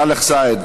סאלח סעד,